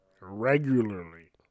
regularly